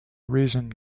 reason